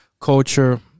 culture